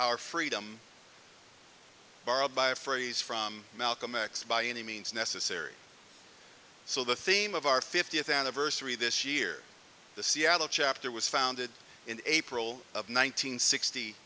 our freedom borrowed by a phrase from malcolm x by any means necessary so the theme of our fiftieth anniversary this year the seattle chapter was founded in april of